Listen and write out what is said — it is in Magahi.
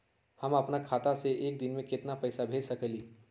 हम अपना खाता से एक दिन में केतना पैसा भेज सकेली?